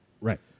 Right